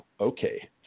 okay